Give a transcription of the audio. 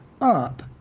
up